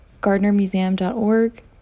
GardnerMuseum.org